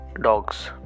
dogs